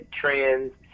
trends